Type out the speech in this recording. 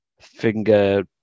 Finger